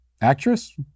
actress